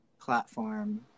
platform